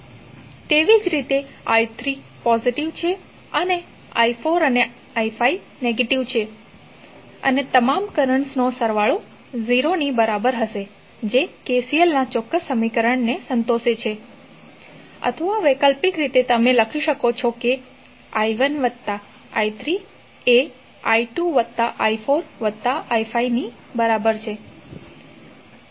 તેવી જ રીતે i3 પોઝિટીવ છે અને i4 અને i5 નેગેટીવ છે અને તમામ કરન્ટ્સનો સરવાળો 0 ની બરાબર હશે જે KCLના ચોક્કસ સમીકરણને સંતોષે છે અથવા વૈકલ્પિક રીતે તમે લખી શકો છો કે i1 વત્તા i3 એ i2 વત્તા i4 વત્તા i5 ની બરાબર છે